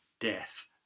death